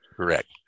Correct